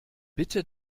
bitte